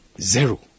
zero